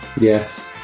yes